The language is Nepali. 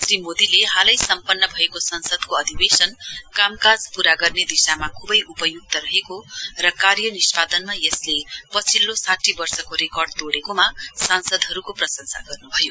श्री मोदीले हालै सम्पन्न भएको संसदको अधिवेशन कामकाज पूरा गर्ने दिशामा खुबै उपयुक्त रहेको र कार्य निष्पादनमा यसले पछिल्लो साठी वर्षको रेकर्ड तोड़ेकोमा साँसदहरुको प्रशंसा गर्नुभयो